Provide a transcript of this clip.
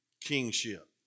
kingship